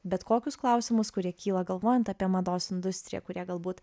bet kokius klausimus kurie kyla galvojant apie mados industriją kurie galbūt